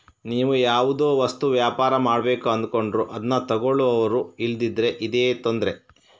ನೀವು ಯಾವುದೋ ವಸ್ತು ವ್ಯಾಪಾರ ಮಾಡ್ಬೇಕು ಅಂದ್ಕೊಂಡ್ರು ಅದ್ನ ತಗೊಳ್ಳುವವರು ಇಲ್ದಿದ್ರೆ ಇದೇ ತೊಂದ್ರೆ